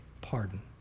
pardon